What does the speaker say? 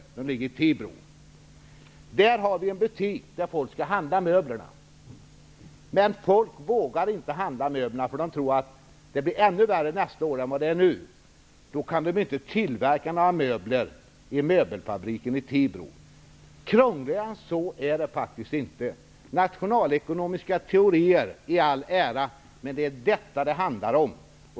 På ett annat ställe ligger en butik, där folk skall handla möblerna. Men folk vågar inte köpa några möbler, därför att man tror att läget kan bli ännu värre nästa år. Då kan inte möbelfabriken i Tibro tillverka flera möbler. Krångligare än så är det faktiskt inte. Nationalekonomiska teorier i all ära, men detta är vad det handlar om.